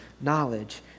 knowledge